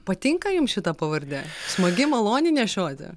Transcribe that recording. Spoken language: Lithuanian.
patinka jums šita pavardė smagi maloni nešioti